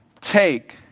take